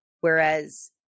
whereas